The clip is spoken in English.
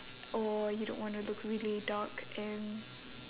or you don't want to look really dark and